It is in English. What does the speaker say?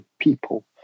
people